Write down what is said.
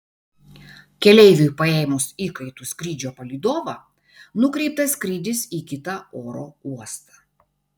keleiviui paėmus įkaitu skrydžio palydovą nukreiptas skrydis į kitą oro uostą